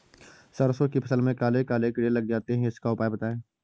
सरसो की फसल में काले काले कीड़े लग जाते इसका उपाय बताएं?